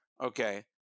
okay